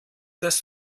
das